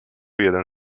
jeden